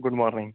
good morning